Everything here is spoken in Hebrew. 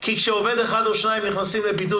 כי כשעובד אחד או שניים נכנסים לבידוד,